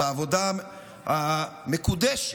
והעבודה המקודשת,